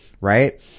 right